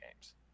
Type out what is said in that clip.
games